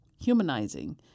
humanizing